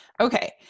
okay